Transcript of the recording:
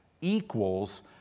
equals